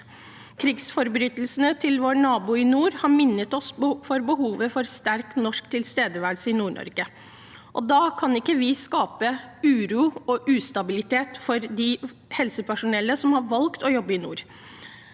Krigsforbrytelsene begått av vår nabo i nord, har minnet oss på behovet for en sterk norsk tilstedeværelse i Nord-Norge. Da kan vi ikke skape uro og ustabilitet for det helsepersonellet som har valgt å jobbe i nord.